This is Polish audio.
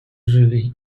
żywi